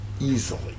easily